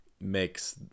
makes